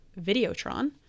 Videotron